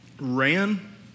ran